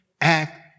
act